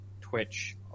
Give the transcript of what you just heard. twitch